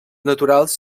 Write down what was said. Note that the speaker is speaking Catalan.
naturals